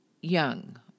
Young